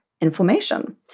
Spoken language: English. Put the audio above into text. inflammation